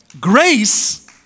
Grace